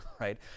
right